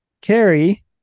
Carrie